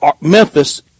Memphis